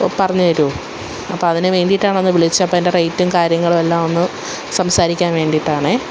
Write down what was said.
പറഞ്ഞുതരുമോ അപ്പോള് അതിന് വേണ്ടിയിട്ടാണ് ഒന്ന് വിളിച്ചത് അപ്പോള് അതിൻ്റെ റെയ്റ്റും കാര്യങ്ങളും എല്ലാമൊന്ന് സംസാരിക്കാൻ വേണ്ടിയിട്ടാണെ